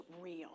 real